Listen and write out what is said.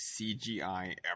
CGI